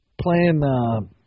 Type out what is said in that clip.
playing